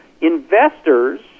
investors